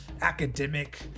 academic